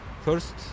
first